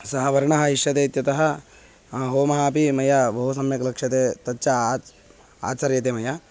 सः वर्णः इष्यते इत्यतः होमः अपि मया बहु सम्यक् लक्ष्यते तच्च आच् आचर्यते मया